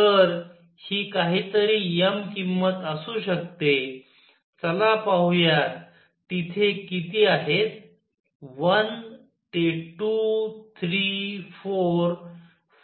तर हि काहीतरी m किंमत असू शकते चला पाहुयात तिथे किती आहेत 1 ते 2 3 4